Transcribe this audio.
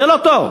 זה לא טוב.